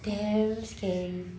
damn scary